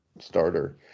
starter